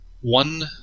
one